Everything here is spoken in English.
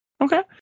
Okay